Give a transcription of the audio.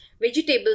vegetables